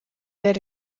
del